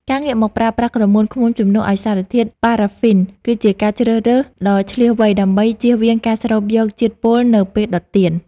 ការងាកមកប្រើប្រាស់ក្រមួនឃ្មុំជំនួសឱ្យសារធាតុប៉ារ៉ាហ្វីន គឺជាការជ្រើសរើសដ៏ឈ្លាសវៃដើម្បីជៀសវាងការស្រូបយកជាតិពុលនៅពេលដុតទៀន។